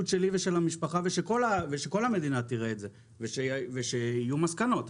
שלי ושל המשפחה ושכל המדינה תראה את זה ושהיו מסקנות.